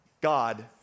God